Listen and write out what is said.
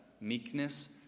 meekness